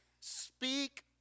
speak